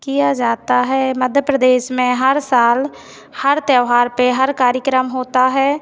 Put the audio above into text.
किया जाता है मध्य प्रदेस में हर साल हर त्यौहार पर हर कार्यक्रम होता है